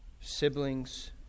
siblings